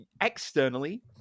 externally